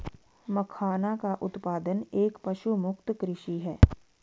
मखाना का उत्पादन एक पशुमुक्त कृषि है